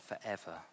forever